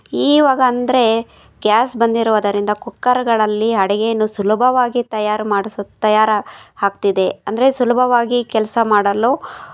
ಈವಾಗ ಅಂದರೆ ಗ್ಯಾಸ್ ಬಂದಿರೋದರಿಂದ ಕುಕ್ಕರ್ಗಳಲ್ಲಿ ಅಡಿಗೆಯನ್ನು ಸುಲಭವಾಗಿ ತಯಾರಿ ಮಾಡಿ ತಯಾರಿ ಆಗ್ತಿದೆ ಅಂದರೆ ಸುಲಭವಾಗಿ ಕೆಲಸ ಮಾಡಲು